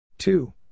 Two